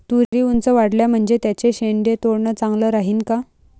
तुरी ऊंच वाढल्या म्हनजे त्याचे शेंडे तोडनं चांगलं राहीन का?